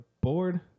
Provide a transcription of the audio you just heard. bored